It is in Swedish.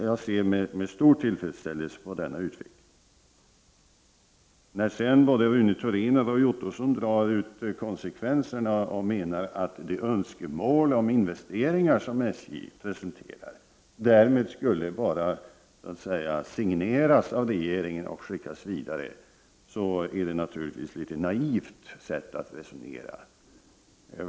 Jag ser med stor tillfredsställelse på denna utveckling. Både Rune Thorén och Roy Ottosson drar ut konsekvenserna och menar att det önskemål om investeringar som SJ presenterar därmed skulle vara signerat av regeringen och kunna skickas vidare. Det är naturligtvis ett litet naivt sätt att resonera.